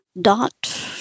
dot